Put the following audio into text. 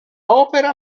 opera